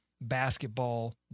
basketball